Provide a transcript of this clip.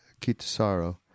Kitasaro